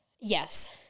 Yes